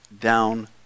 down